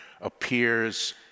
appears